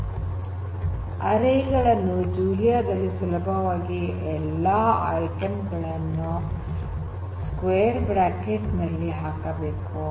ಅರೇ array ಗಳನ್ನು Julia ದಲ್ಲಿ ಸುಲಭವಾಗಿ ಎಲ್ಲಾ ಐಟಂ ಗಳನ್ನು ಸ್ಕ್ವೇರ್ ಬ್ರಾಕೆಟ್ ನಲ್ಲಿ ಹಾಕಬೇಕು